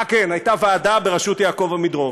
אה, כן, הייתה ועדה בראשות יעקב עמידרור.